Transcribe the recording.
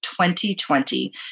2020